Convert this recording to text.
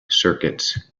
circuits